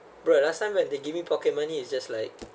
bro last time when they give me pocket money is just like